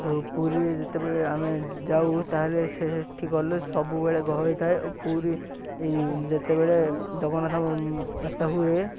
ଓ ପୁରୀରେ ଯେତେବେଳେ ଆମେ ଯାଉ ତା'ହେଲେ ସେଠି ଗଲେ ସବୁବେଳେ ଗହଳି ଥାଏ ଓ ପୁରୀ ଯେତେବେଳେ ଜଗନ୍ନାଥ ଏତା ହୁଏ